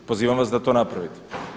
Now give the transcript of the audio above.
Pozivam vas da to napravite.